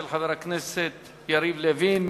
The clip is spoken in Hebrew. של חבר הכנסת יריב לוין.